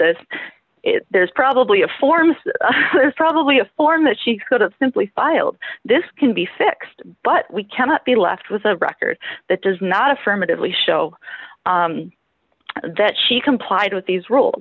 this there's probably a form probably a form that she could have simply filed this can be fixed but we cannot be left with a record that does not affirmatively show that she complied with these rules